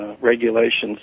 regulations